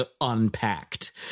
unpacked